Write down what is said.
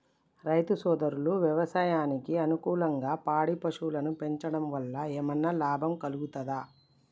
రైతు సోదరులు వ్యవసాయానికి అనుకూలంగా పాడి పశువులను పెంచడం వల్ల ఏమన్నా లాభం కలుగుతదా?